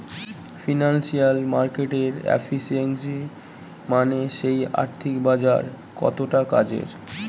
financial মার্কেটের efficiency মানে সেই আর্থিক বাজার কতটা কাজের